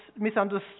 misunderstood